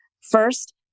First